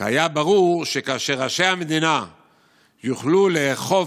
כי היה ברור שכאשר ראשי המדינה יוכלו לאכוף